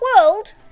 world